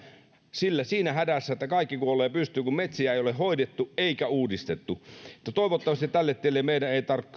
siinä hädässä että kaikki kuolee pystyyn kun metsiä ei ole hoidettu eikä uudistettu toivottavasti tälle tielle meidän ei